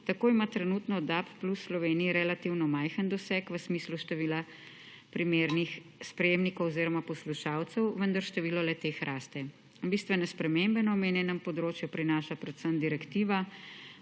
Tako ima trenutno DAB+ v Sloveniji relativno majhen doseg v smislu števila primernih sprejemnikov oziroma poslušalcev, vendar število le-teh raste. Bistvene spremembe na omenjenem področju prinaša predvsem Direktiva